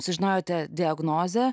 sužinojote diagnozę